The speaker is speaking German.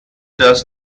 das